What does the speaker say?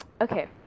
Okay